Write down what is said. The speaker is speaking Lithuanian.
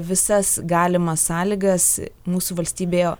visas galimas sąlygas mūsų valstybėje